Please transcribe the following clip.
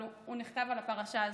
אבל הוא נכתב על הפרשה הזאת: